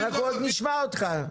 אנחנו עוד נשמע אותך.